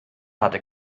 hatte